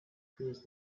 his